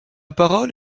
parole